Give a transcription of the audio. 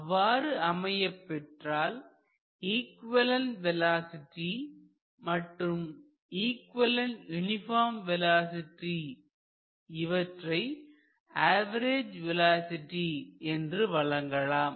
அவ்வாறு அமையப்பெற்றால் equivalent velocity மற்றும் இக்வலேண்ட் யூனிபார்ம் வேலோஸிட்டி இவற்றை ஆவரேஜ் வேலோஸிட்டி என்று வழங்கலாம்